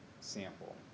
sample